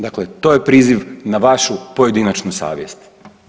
Dakle, to je priziv na vašu pojedinačnu savjest.